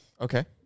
okay